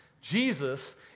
Jesus